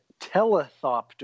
Telethopter